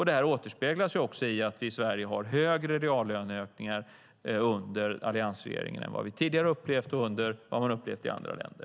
Det här återspeglas också i att vi i Sverige har haft högre reallöneökningar under alliansregeringen än vad vi tidigare har upplevt här och vad man har upplevt i andra länder.